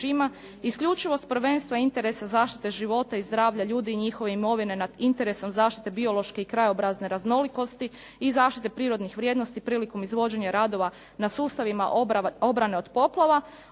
isključivo s prvenstva interesa zaštite života i zdravlja ljudi i njihove imovine nad interesom zaštite biološke i krajobrazne raznolikosti i zaštite prirodnih vrijednosti prilikom izvođenja radova na sustavima obranama od poplava,